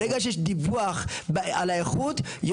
ברגע שיש דיווח על האיכות,